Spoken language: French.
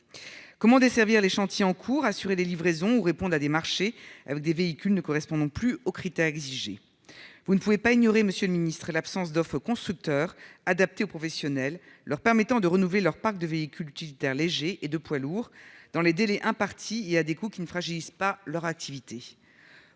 Comment desservir les chantiers en cours, assurer les livraisons ou répondre à des marchés avec des véhicules ne correspondant plus aux critères exigés ? Vous ne pouvez ignorer, monsieur le ministre, l'absence d'offre constructeurs adaptée aux professionnels leur permettant de renouveler leur parc de véhicules utilitaires légers et de poids lourds, dans les délais impartis et à des coûts qui ne fragilisent pas leur activité.